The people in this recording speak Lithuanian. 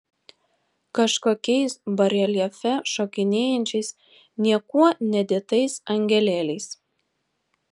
kažkokiais bareljefe šokinėjančiais niekuo nedėtais angelėliais